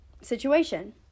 situation